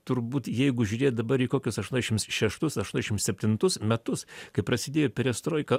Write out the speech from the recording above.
turbūt jeigu žiūrėt dabar į kokius aštuoniasdešims šeštus aštuoniasdešims septintus metus kai prasidėjo perestroika